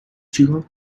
چیکار